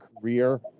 career